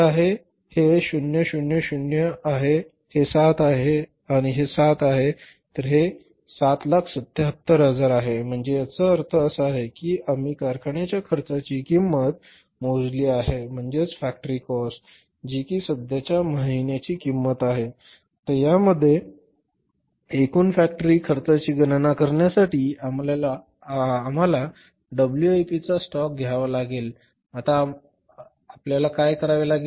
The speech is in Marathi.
हे ० ० ० आहे हे 7 आहे हे 7 आहे आणि हे 7 आहे तर ते 777000 आहे म्हणजे याचा अर्थ असा आहे की आम्ही कारखान्याच्या खर्चाची किंमत मोजली आहे म्हणजेच फॅक्टरी कॉस्ट जी कि सध्याच्या महिन्याची किंमत आहे आता यामध्ये एकूण फॅक्टरी खर्चाची गणना करण्यासाठी तुम्हाला डब्ल्यूआयपीचा स्टाॅक घ्यावा लागेल आता आपल्याला काय करावे लागेल